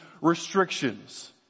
restrictions